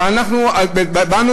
אבל אנחנו באנו,